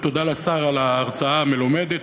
ותודה לשר על ההרצאה המלומדת,